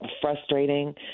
frustrating